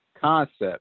concept